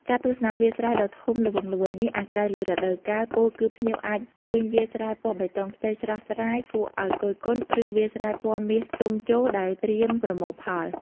ការទស្សនាវាលស្រែដ៏ធំល្វឹងល្វើយនេះអាស្រ័យលើរដូវកាល ពោលគឺភ្ញៀវអាចឃើញវាលស្រែពណ៌បៃតងខ្ចីស្រស់ស្រាយគួរឲ្យគយគន់ ឬវាលស្រែពណ៌មាសទុំជោរដែលត្រៀមប្រមូលផល ។